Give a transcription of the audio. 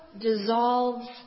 dissolves